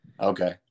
Okay